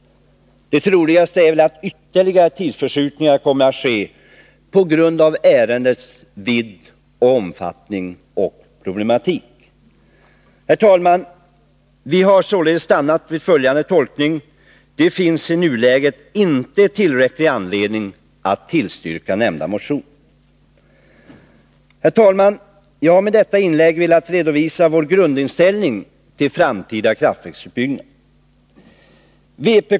Det troligaste är att det kommer att bli fråga om ytterligare tidsförskjutningar på grund av ärendets vidd, omfattning och problematik. Vi har stannat vid följande tolkning: Det finns i nuläget inte tillräcklig anledning att tillstyrka nämnda motion. Herr talman! Jag har med detta inlägg velat redovisa vår grundinställning till framtida kraftverksutbyggnader.